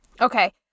Okay